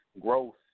growth